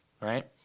right